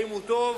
האם הוא טוב,